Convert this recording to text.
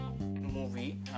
movie